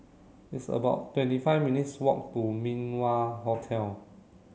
it's about twenty five minutes' walk to Min Wah Hotel